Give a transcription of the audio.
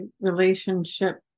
relationship